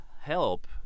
help